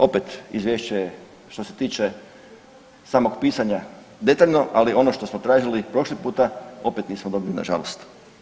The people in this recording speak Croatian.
Opet izvješće je što se tiče samog pisanja detaljno, ali ono što smo tražili prošli puta opet nismo dobili nažalost.